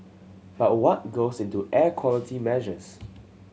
but what goes into air quality measures